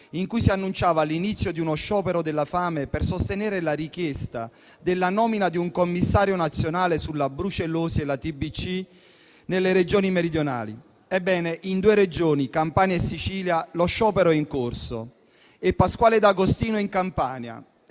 in cui si annunciava l'inizio di uno sciopero della fame per sostenere la richiesta della nomina di un Commissario nazionale sulla brucellosi e la TBC nelle Regioni meridionali, in due Regioni, Campania e Sicilia, lo sciopero è in corso: Pasquale D'Agostino in Campania